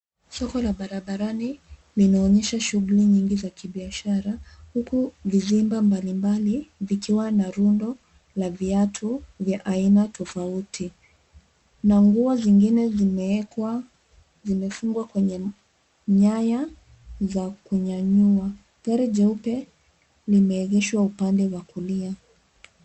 Soko la barabarani linaonyesha shughuli nyingi za kibiashara huku vizimba mbalimbali vikiwa na rundo la viatu vya aina tofauti na nguo zingine zimewekwa vimefungwa kwenye nyaya za kunyanyua. Gari jeupe limeegeshwa upande wa kulia.